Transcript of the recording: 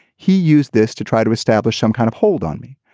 he used this to try to establish some kind of hold on me.